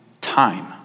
time